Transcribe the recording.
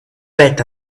bet